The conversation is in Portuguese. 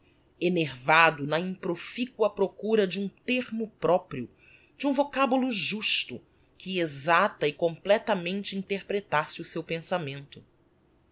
enervado na improficua procura d'um termo proprio d'um vocabulo justo que exacta e completamente interpretasse o seu pensamento